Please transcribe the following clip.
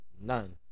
none